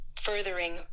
furthering